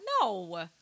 No